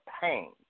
pain